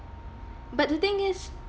but the thing is